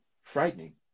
frightening